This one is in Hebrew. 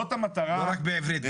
לא רק בעברית.